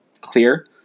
clear